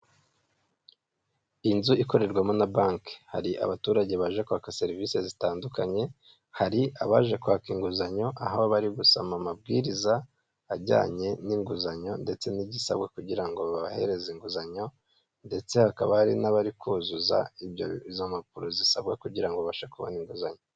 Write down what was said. Inzu ikorerwamo na banki. Hari abaturage baje kwaka serivise zitandukanye, hari abaje kwaka inguzanyo aho bari gusoma amabwiriza ajyanye n'inguzanyo, ndetse n'igisabwa kugira ngo babahereze inguzanyo, ndetse hakaba hari n'abari kuzuza izo mpapuro zisabwa kugira babashe kubona inguzanyo.